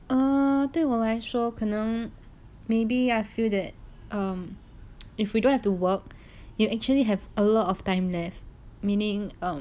um 对我来说可能 maybe I feel that um if we don't have to work you actually have a lot of time left meaning um